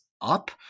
up